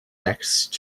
next